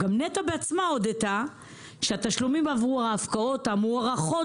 גם נת"ע בעצמה הודית שהתשלומים עבור ההפקעות המוערכות